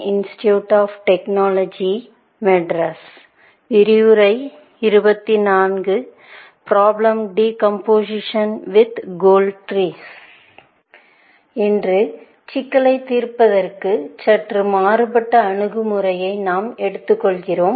இன்று சிக்கலைத் தீர்ப்பதற்கு சற்று மாறுபட்ட அணுகு முறையை நாம் எடுத்து கொள்கிறோம்